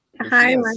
Hi